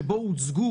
שבו הוצגו